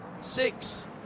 six